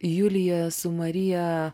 julija su marija